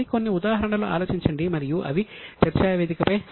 మరికొన్నిఉదాహరణలు ఆలోచించండి మరియు అవి చర్చా వేదికపై చర్చించబడతాయి